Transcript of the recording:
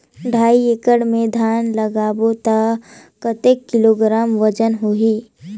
ढाई एकड़ मे धान लगाबो त कतेक किलोग्राम वजन होही?